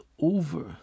over